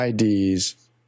IDs